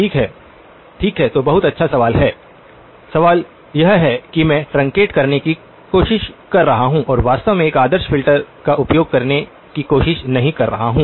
ठीक है ठीक है तो बहुत अच्छा सवाल है सवाल यह है कि मैं ट्रंकेट करने की कोशिश कर रहा हूं और वास्तव में एक आदर्श फिल्टर का उपयोग करने की कोशिश नहीं कर रहा हूं